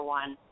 one